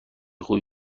خوبی